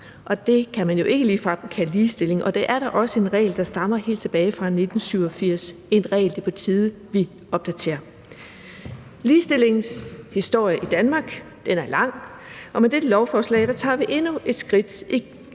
og det kan man jo ikke ligefrem kalde ligestilling, og det er da også en regel, der stammer helt tilbage fra 1987 – en regel, som det er på tide at vi opdaterer. Ligestillingens historie i Danmark er lang, og med dette lovforslag tager vi endnu et skridt